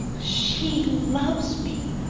she loves me,